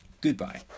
Goodbye